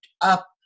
up